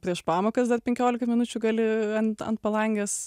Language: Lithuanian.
prieš pamokas dar penkiolika minučių gali ant ant palangės